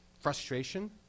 Frustration